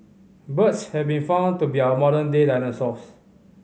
birds have been found to be our modern day dinosaurs